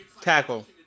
tackle